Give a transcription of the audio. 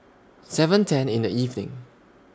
seven ten in The evening